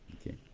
Okay